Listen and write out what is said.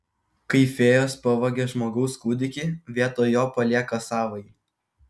kai fėjos pavagia žmogaus kūdikį vietoj jo palieka savąjį